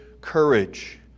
courage